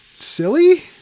silly